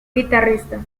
guitarrista